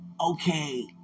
okay